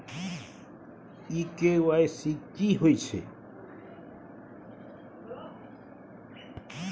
इ के.वाई.सी की होय छै?